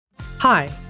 Hi